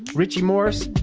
richie morris,